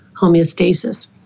homeostasis